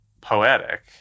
poetic